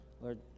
Lord